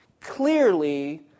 clearly